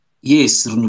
yes